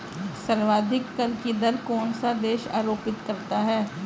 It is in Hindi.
सर्वाधिक कर की दर कौन सा देश आरोपित करता है?